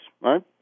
right